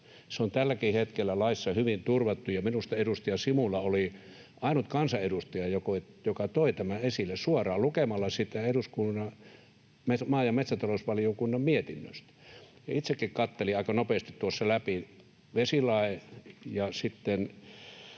Se on tälläkin hetkellä laissa hyvin turvattu, ja minusta edustaja Simula oli ainut kansanedustaja, joka toi tämän esille suoraan lukemalla siitä maa- ja metsätalousvaliokunnan mietinnöstä. Itsekin katselin tuossa aika nopeasti läpi vesilain